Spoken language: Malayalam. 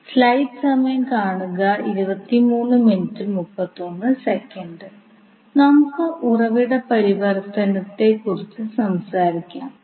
നിങ്ങൾ ഈ ചിത്രം കാണുകയാണെങ്കിൽ 3 ലൂപ്പുകൾ ഉണ്ടെന്ന് കാണാം